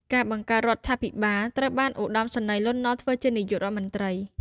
ការបង្កើតរដ្ឋាភិបាលត្រូវបានឧត្តមសេនីយ៍ លន់ នល់ ធ្វើជានាយករដ្ឋមន្ត្រី។